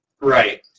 Right